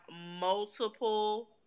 multiple